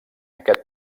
aquest